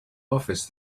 office